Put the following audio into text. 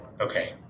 Okay